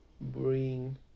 bring